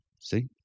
See